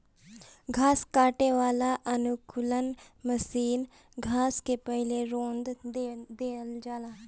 घास काटे वाला अनुकूलक मशीन घास के पहिले रौंद देला